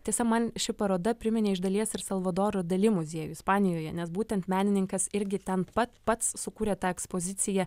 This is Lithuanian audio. tiesa man ši paroda priminė iš dalies ir salvadoro dali muziejų ispanijoje nes būtent menininkas irgi ten pa pats sukūrė tą ekspoziciją